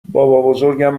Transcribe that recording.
بابابزرگم